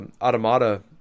automata